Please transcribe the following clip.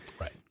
right